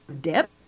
dip